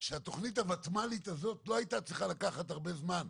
שהתכנית הוותמ"לית הזאת לא הייתה צריכה לקחת הרבה זמן.